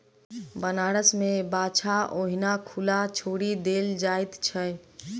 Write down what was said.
बनारस मे बाछा ओहिना खुला छोड़ि देल जाइत छै